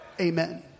amen